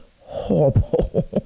horrible